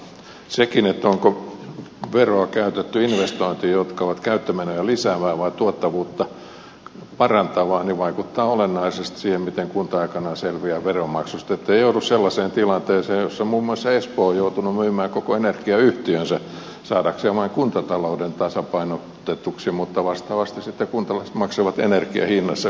sekin onko veroa käytetty investointeihin jotka ovat käyttömenoja lisääviä vai tuottavuutta parantaviin investointeihin vaikuttaa olennaisesti siihen miten kunta aikanaan selviää veronmaksusta ettei joudu sellaiseen tilanteeseen jossa muun muassa espoo on joutunut myymään koko energiayhtiönsä saadakseen oman kuntataloutensa tasapainotetuksi mutta vastaavasti sitten kuntalaiset maksavat energian hinnassa ylimääräistä